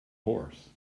horse